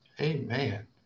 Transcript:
Amen